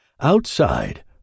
Outside